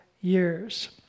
years